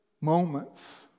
moments